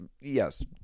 yes